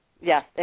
Yes